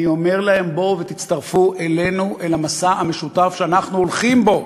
אני אומר להם: בואו ותצטרפו אלינו אל המסע המשותף שאנחנו הולכים בו,